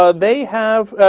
ah they have ah.